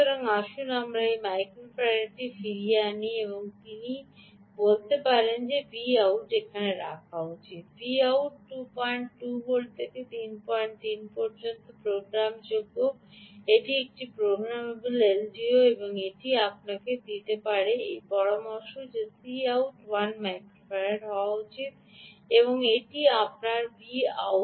সুতরাং আসুন আমরা সেই মাইক্রোফার্ডটি ফিরিয়ে আনি তিনি বলে আপনার একটি Vout রাখা উচিত Vout 22 ভোল্ট থেকে 33 পর্যন্ত প্রোগ্রামযোগ্য এটি একটি প্রোগ্রামেবল এলডিও এটি আপনাকে দিতে পারে এবং তিনি পরামর্শ দেন যে এই Cout 1 মাইক্রোফার্ড হওয়া উচিত এবং এটি আপনার Vout